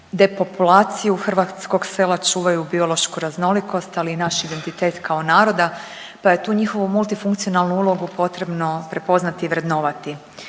depopulaciju hrvatskog sela, čuvaju biološku raznolikost, ali i naš identitet kao naroda pa je tu njihovu multifunkcionalnu ulogu potrebno prepoznati i vrednovati.